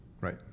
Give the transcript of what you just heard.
right